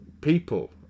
people